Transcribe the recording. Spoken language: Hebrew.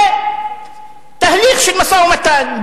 ותהליך של משא-ומתן,